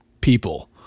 people